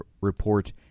Report